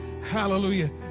Hallelujah